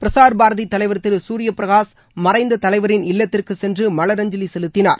பிரசார் பாரதி தலைவர் திரு சூர்யபிரகாஷ் மறைந்த தலைவரின் இல்லத்திற்கு சென்று மலரஞ்சலி செலுத்தினார்